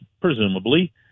presumably